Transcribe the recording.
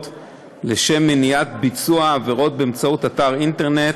לשם מניעת ביצוע עבירות באמצעות אתר אינטרנט,